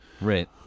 Right